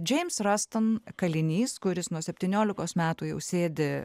džiems rastan kalinys kuris nuo septyniolikos metų jau sėdi